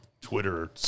Twitter